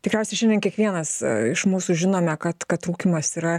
tikriausiai šiandien kiekvienas iš mūsų žinome kad kad rūkymas yra